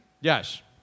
Yes